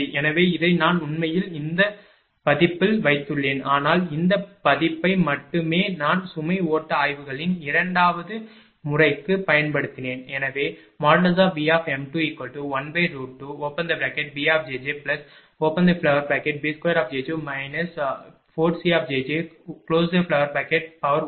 எனவே இதை நான் உண்மையில் இந்த பதிப்பில் வைத்துள்ளேன் ஆனால் இந்த பதிப்பை மட்டுமே நான் சுமை ஓட்ட ஆய்வுகளின் இரண்டாவது முறைக்கு பயன்படுத்தினேன்